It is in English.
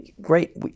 Great